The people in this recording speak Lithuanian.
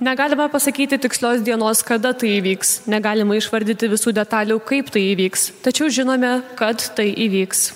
negalime pasakyti tikslios dienos kada tai įvyks negalima išvardyti visų detalių kaip tai įvyks tačiau žinome kad tai įvyks